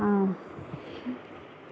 ಹಾಂ